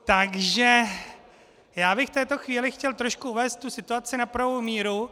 Takže já bych v této chvíli chtěl trošku uvést situaci na pravou míru.